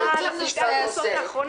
לא הייתה ועדת העבודה בשתי הכנסות האחרונות,